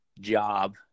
job